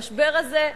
המשבר הזה הוא